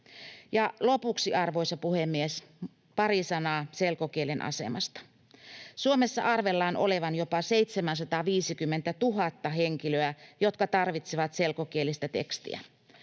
lopuksi, arvoisa puhemies, pari sanaa selkokielen asemasta. Suomessa arvellaan olevan jopa 750 000 henkilöä, jotka tarvitsevat selkokielistä tekstiä.